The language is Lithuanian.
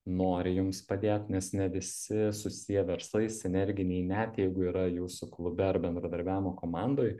nori jums padėt nes ne visi susiję verslai sinerginiai net jeigu yra jūsų klube ar bendradarbiavimo komandoj